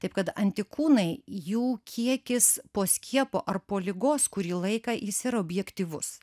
taip kad antikūnai jų kiekis po skiepo ar po ligos kurį laiką jis yra objektyvus